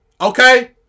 okay